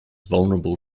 vulnerable